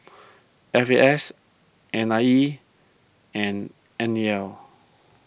F A S N I E and N E L